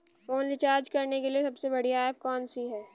Phone recharge करने के लिए सबसे बढ़िया ऐप कौन सी है?